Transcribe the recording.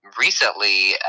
recently